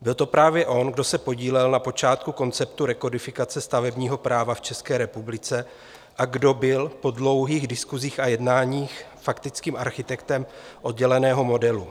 Byl to právě on, kdo se podílel na počátku konceptu rekodifikace stavebního práva v České republice a kdo byl po dlouhých diskusích a jednáních faktickým architektem odděleného modelu.